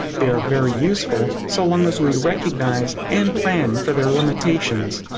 they are very useful, so long as we recognize, and plan, for their limitations.